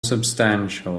substantial